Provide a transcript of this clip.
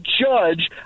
judge